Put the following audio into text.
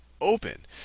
open